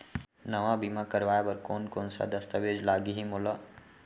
नवा बीमा करवाय बर कोन कोन स दस्तावेज लागही मोला?